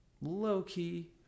low-key